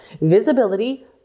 visibility